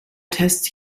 tests